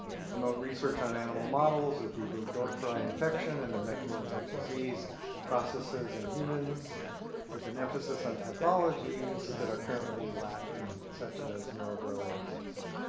promote research on animal models of on b-burgdorferi infection and the mechanisms of disease processes in humans with an emphasis on pathologies that are currently lacking, such as neuroborreliosis.